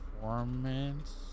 Performance